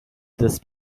this